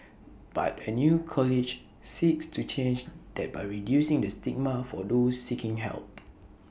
but A new college seeks to change that by reducing the stigma for those seeking help